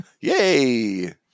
Yay